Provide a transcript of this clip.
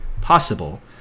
possible